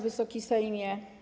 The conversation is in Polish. Wysoki Sejmie!